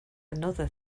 another